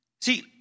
See